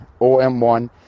OM1